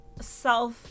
self